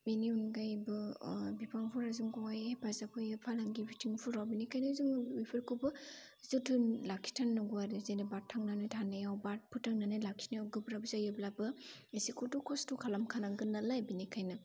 बेनि अनगायैबो बिफांफोरा जोंखौहाय हेफाजाब होयो फालांगि बिथिंफोराव बेनिखायनो जोङो बेफोरखौबो जोथोन लाखिथारनांगौ आरो जेनेबा थांनानै थानायाव बा फोथांनानै लाखिनायाव गोब्राब जायोब्लाबो एसेखौथ' खस्थ' खालामखानांगोन नालाय बेनिखायनो